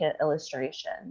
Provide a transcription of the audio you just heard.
illustration